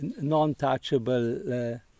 non-touchable